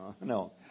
No